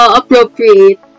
appropriate